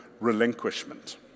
relinquishment